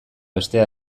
bestea